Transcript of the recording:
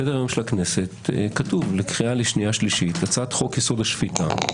בסדר-היום של הכנסת כתוב: לקריאה שנייה שלישית הצעת חוק-יסוד: השפיטה,